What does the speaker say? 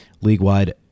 league-wide